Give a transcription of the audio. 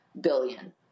billion